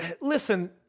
listen